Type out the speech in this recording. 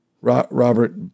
Robert